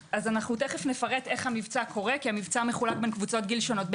תכף נפרט איך המבצע קורה כי המבצע מחולק בין קבוצות גיל שונות,